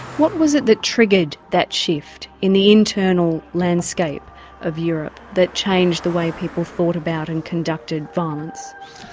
what was it that triggered that shift in the internal landscape of europe that changed the way people thought about and conducted violence?